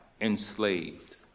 enslaved